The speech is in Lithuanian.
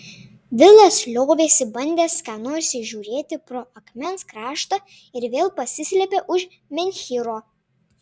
vilas liovėsi bandęs ką nors įžiūrėti pro akmens kraštą ir vėl pasislėpė už menhyro